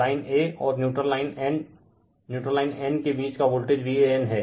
Refer Slide Time 1009 अब line a और neutral line n neutral line n के बीच का वोल्टेज Van हैं